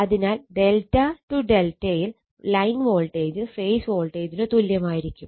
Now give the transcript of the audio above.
അതിനാൽ ∆∆ യിൽ line voltage phase വോൾട്ടേജിന് തുല്യമായിരിക്കും